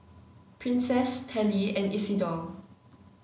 Princess Tallie and Isidor